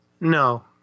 No